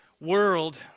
world